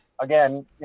again